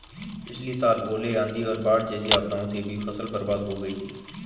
पिछली साल ओले, आंधी और बाढ़ जैसी आपदाओं से भी फसल बर्बाद हो हुई थी